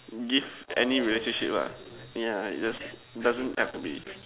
give any relationship lah yeah it does doesn't have to be